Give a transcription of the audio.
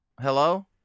Hello